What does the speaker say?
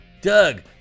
Doug